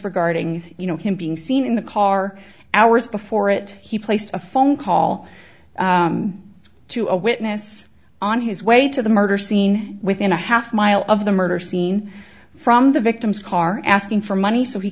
regarding you know him being seen in the car hours before it he placed a phone call to a witness on his way to the murder scene within a half mile of the murder scene from the victim's car asking for money so he